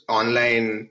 online